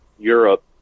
Europe